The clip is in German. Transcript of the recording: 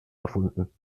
erfunden